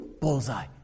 bullseye